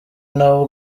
nabo